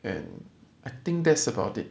and I think that's about it